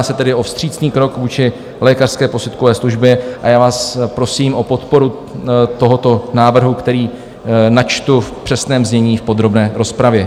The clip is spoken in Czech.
Jedná se tedy o vstřícný krok vůči lékařské posudkové službě a já vás prosím o podporu tohoto návrhu, který načtu v přesném znění v podrobné rozpravě.